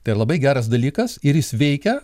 tai labai geras dalykas ir jis veikia